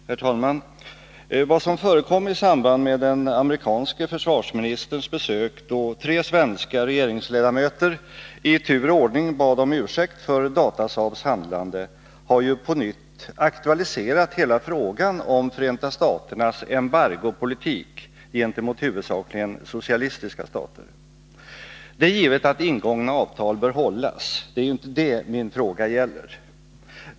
Herr talman! Vad som förekom i samband med den amerikanske försvarsministerns besök, då tre svenska regeringsledamöter i tur och ordning bad om ursäkt för Datasaabs handlande, har på nytt aktualiserat hela frågan om Förenta staternas embargopolitik gentemot huvudsakligen socialistiska stater. Det är givet att ingånga avtal bör hållas, det är inte det min fråga gäller.